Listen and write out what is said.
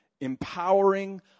empowering